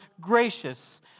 gracious